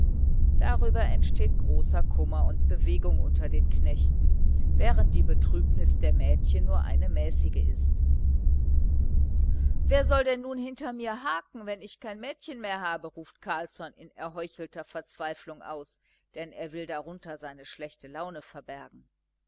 darüber entsteht großer kummer und bewegung unter den knechten während die betrübnis der mädchen nur eine mäßige ist wer soll nun hinter mir her harken wenn ich kein mädchen mehr habe ruft carlsson in erheuchelter verzweiflung aus denn er will darunter seine schlechte laune verbergen